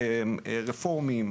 רפורמים,